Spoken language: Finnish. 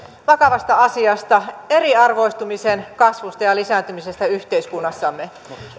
vakavasta asiasta eriarvoistumisen kasvusta ja lisääntymisestä yhteiskunnassamme